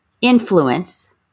influence